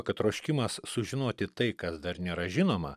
kad troškimas sužinoti tai kas dar nėra žinoma